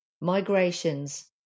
migrations